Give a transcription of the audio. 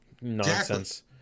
nonsense